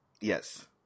yes